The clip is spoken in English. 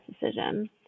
decision